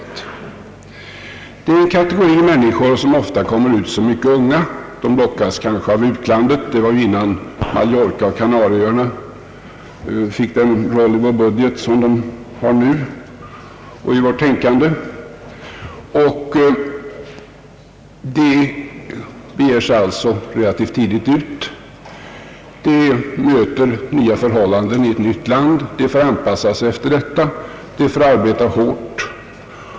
Det är en kategori människor som ofta kommer ut såsom mycket unga. De lockas kanske av utlandet. Det var ju innan Mallorca och Kanarieöarna fick den roll i vår budget och vårt tänkande som de har nu. Dessa människor beger sig alltså relativt tidigt ut och möter nya förhållanden i ett nytt land. De får anpassa sig efter detta. De får arbeta hårt.